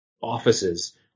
offices